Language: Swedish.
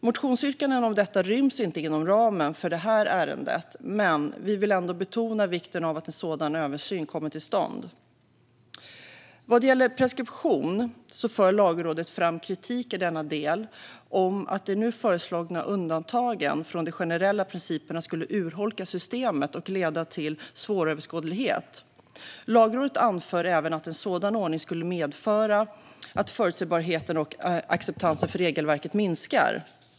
Motionsyrkanden om detta ryms inte inom ramen för det här ärendet, men vi vill ändå betona vikten av att en sådan översyn kommer till stånd. Vad gäller preskription för Lagrådet fram kritik i denna del om att de nu föreslagna undantagen från de generella principerna skulle urholka systemet och leda till svåröverskådlighet. Lagrådet anför även att en sådan ordning skulle kunna medföra att förutsebarheten och acceptansen för regelverket minskar.